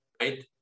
right